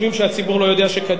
אתם חושבים שהציבור לא יודע שקדימה